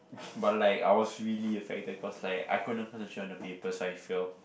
but like I was really affected cause like I couldn't concentrate on the papers so I fail